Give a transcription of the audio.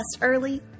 early